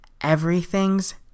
everything's